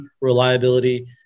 reliability